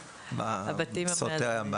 הבתים המאזנים, סוטריה.